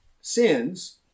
sins